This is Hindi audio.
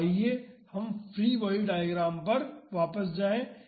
तो आइए हम फ्री बॉडी डायग्राम पर वापस जाएं